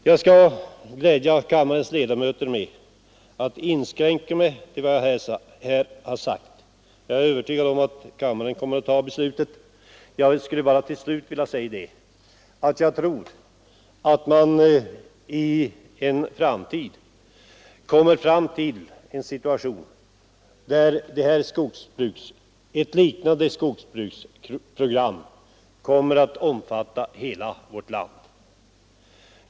Jag skall glädja kammarens ledamöter med att inskränka mig till vad jag här sagt. Jag är övertygad om att kammaren kommer att bifalla jordbruksutskottets hemställan i detta ärende. Jag vill bara till slut säga att jag tror att man i en framtid kommer fram till en situation där ett liknande program kommer att omfatta hela landet.